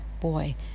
Boy